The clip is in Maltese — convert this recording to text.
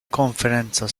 konferenza